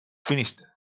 finished